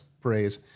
praise